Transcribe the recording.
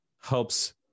helps